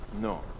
No